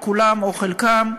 או כולם או חלקם,